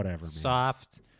soft